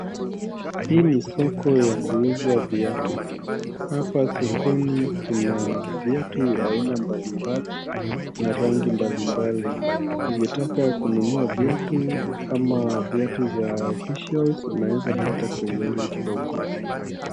Hii ni soko ya kuuza viatu. Hapa sokoni kuna viatu aina mbalimbali na rangi mbalimbali. Ukitaka kununua viatu kama viatu za officials unaeza pata kwenye hili soko.